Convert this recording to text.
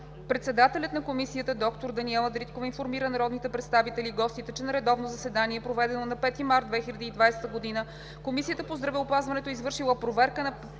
Председателят на Комисията доктор Даниела Дариткова информира народните представители и гостите, че на редовно заседание, проведено на 5 март 2020 г., Комисията по здравеопазването е извършила проверка на